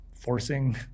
forcing